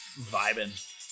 vibing